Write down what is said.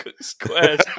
squares